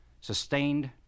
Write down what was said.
sustained